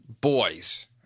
boys